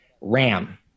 Ram